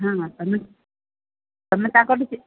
ହଁ ତମେ ତମେ ତାଙ୍କଠୁ ଚି